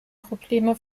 probleme